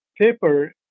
paper